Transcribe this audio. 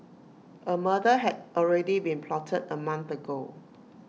A murder had already been plotted A month ago